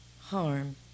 harm